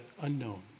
unknown